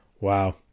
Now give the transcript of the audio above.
Wow